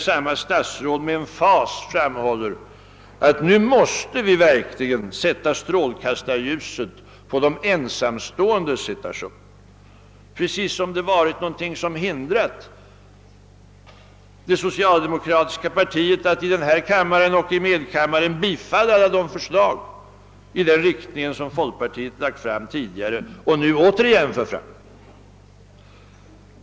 Samma statsråd framhöll med emfas att nu måste man verkligen sätta strålkastarljuset på de ensamståendes situation — precis som om det skulle varit något som hindrat det socialdemokratiska partiet att i denna kammare och medkammaren bifalla de förslag i den riktningen som folkpartiet tidigare har lagt fram och nu åter lägger fram.